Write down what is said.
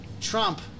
Trump